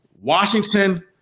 Washington